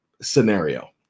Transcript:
scenario